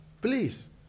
please